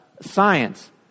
science